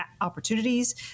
opportunities